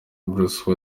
bruce